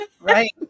Right